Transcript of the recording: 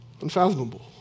unfathomable